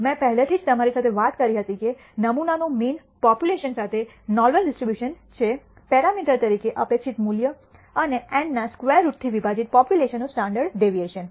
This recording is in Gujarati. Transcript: મેં પહેલેથી જ તમારી સાથે વાત કરી હતી કે નમૂનાનો મીન પોપ્યુલેશન સાથે નોર્મલ ડિસ્ટ્રીબ્યુશન છે પેરામીટર તરીકે અપેક્ષિત મૂલ્ય અને n ના સ્ક્વેર રૂટથી વિભાજિત પોપ્યુલેશનનું સ્ટાન્ડર્ડ ડેવિએશન